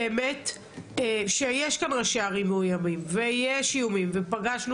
יש כאן ראשי ערים מאויימים ויש איומים ופגשנו